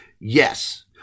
Yes